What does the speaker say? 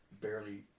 barely